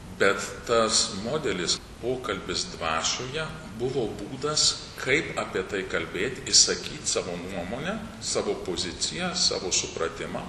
bet tas modelis pokalbis dvasioje buvo būdas kaip apie tai kalbėt išsakyt savo nuomonę savo poziciją savo supratimą